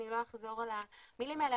אני לא אחזור על המילים האלה,